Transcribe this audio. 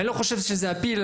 אני לא חושב שזה הפיל,